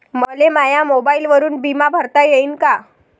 मले माया मोबाईलवरून बिमा भरता येईन का?